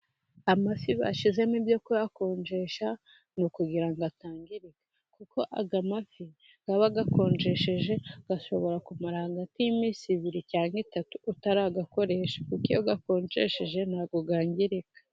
Amafi bashyize mu byo kuyakonjesha, ni ukugira ngo atangirika. Kuko aya mafi aba akonjesheje ashobora kumara hagati y'iminsi ibiri cyangwa itatu utarayakoresha. Kuko iyo akonjesheje nta bwo yangirika.